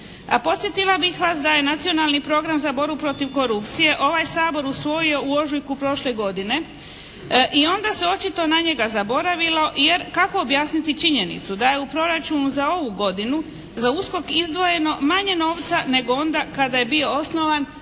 A podsjetila bih vas da je Nacionalni program za borbu protiv korupcije ovaj Sabor usvojio u ožujku prošle godine i onda se očito na njega zaboravilo, jer kako objasniti činjenicu da je u proračunu za ovo godinu za USKOK izdvojeno manje novca nego onda kada je bio osnovan,